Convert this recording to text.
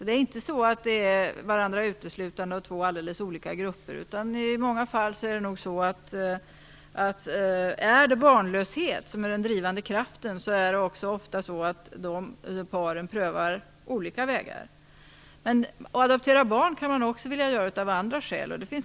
Det är inte så att det är två av varandra oberoende grupper, utan när barnlöshet är drivkraften prövar paren ofta olika vägar. Man kan också vilja adoptera barn av andra skäl.